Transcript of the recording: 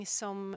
som